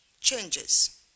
changes